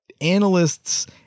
analysts